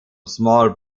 small